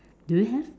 do you have